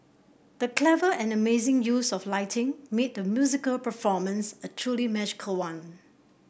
the clever and amazing use of lighting made the musical performance a truly magical one